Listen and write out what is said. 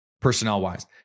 personnel-wise